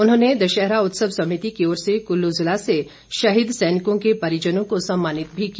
उन्होंने दशहरा उत्सव समिति की ओर से कुल्लू जिला से शहीद सैनिकों के परिजनों को सम्मानित भी किया